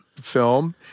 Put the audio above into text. film